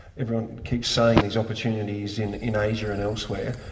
everyone keeps saying these opportunities in in asia and elsewhere,